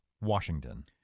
Washington